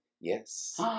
Yes